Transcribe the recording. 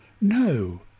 No